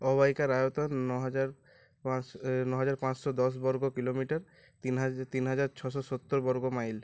অববাহিকার আয়তন ন হাজার পাঁচশ এ ন হাজার পাঁচশো দশ বর্গ কিলোমিটার তিন হাজার তিন হাজার ছশো সত্তর বর্গ মাইল